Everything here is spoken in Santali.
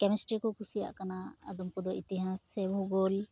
ᱠᱮᱢᱤᱥᱴᱨᱤ ᱠᱚ ᱠᱩᱥᱤᱭᱟᱜ ᱠᱟᱱᱟ ᱟᱫᱚᱢ ᱠᱚᱫᱚ ᱤᱛᱤᱦᱟᱸᱥ ᱥᱮ ᱵᱷᱩᱜᱳᱞ